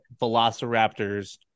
Velociraptors